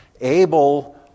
Abel